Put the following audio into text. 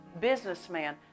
businessman